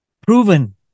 proven